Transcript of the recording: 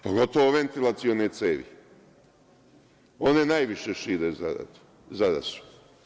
Pogotovo ventilacione cevi, one najviše šire zarazu.